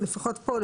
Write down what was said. שלפחות פה,